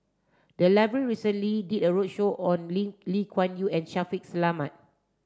the library recently did a roadshow on Lim Lim Yew Kuan and Shaffiq Selamat